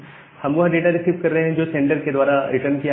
हम वह data receive कर रहे हैं जो सेंडर के द्वारा रिटर्न किया गया है